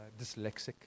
dyslexic